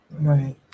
Right